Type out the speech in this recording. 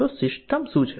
તો સિસ્ટમ શું છે